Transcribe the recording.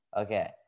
Okay